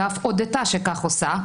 ואף הודתה שכך עושה,